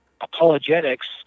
apologetics